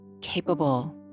capable